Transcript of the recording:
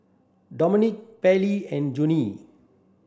Domenic Pairlee and Joanie